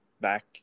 back